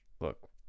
look